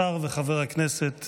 השר וחבר הכנסת